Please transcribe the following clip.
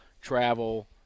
travel